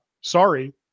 Sorry